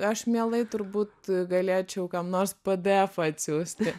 aš mielai turbūt galėčiau kam nors pdefą atsiųsti